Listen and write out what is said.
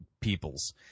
peoples